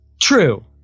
True